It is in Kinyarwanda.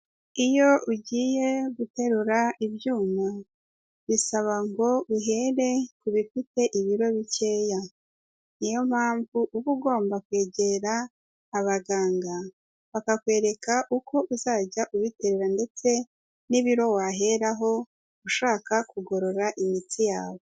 Iyo ugiye guterura ibyuma bisaba ngo uhere ku bifiteibiro bikeya, niyo mpamvu uba ugomba kwegera abaganga, bakakwereka uko uzajya ubitere ndetse n'ibiro waheraho ushaka kugorora imitsi yawe.